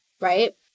right